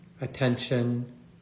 attention